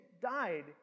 died